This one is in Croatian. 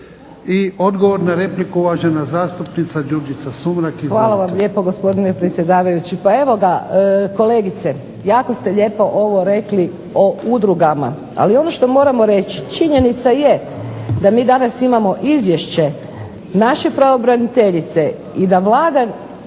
I odgovor na repliku uvažena zastupnica Đurđica Sumrak.